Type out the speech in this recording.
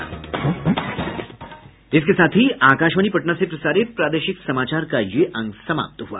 इसके साथ ही आकाशवाणी पटना से प्रसारित प्रादेशिक समाचार का ये अंक समाप्त हुआ